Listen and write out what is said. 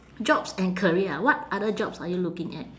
jobs and career ah what other jobs are you looking at